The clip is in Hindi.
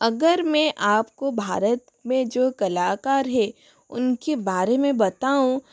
अगर मैं आपको भारत में जो कलाकार हे उनके बारे में बताऊँ